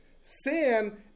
Sin